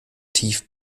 tief